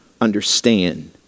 understand